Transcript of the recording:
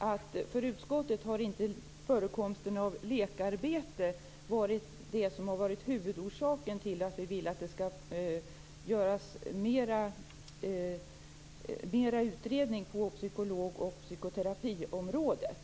Fru talman! Jag vill upprepa att för utskottet har inte förekomsten av lekarbete varit huvudorsaken till att vi vill att det skall göras mer utredning på psykologi och psykoterapiområdet.